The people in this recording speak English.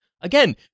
again